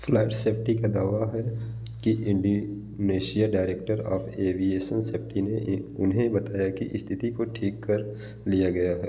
flap safety का दावा है कि Indonesia director of aviation safety ने उन्हें बताया कि स्थिति को ठीक कर लिया गया है